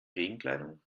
regenkleidung